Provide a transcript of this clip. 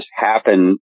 happen